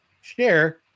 share